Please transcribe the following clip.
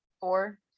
four